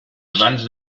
abans